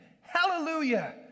hallelujah